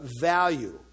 value